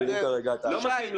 שי.